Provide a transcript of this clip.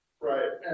Right